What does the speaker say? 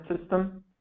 system